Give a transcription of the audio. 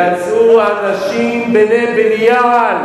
יצאו אנשים בני בליעל